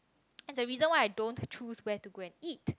and the reason why I don't choose where to go and eat